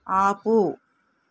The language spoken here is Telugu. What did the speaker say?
ఆపు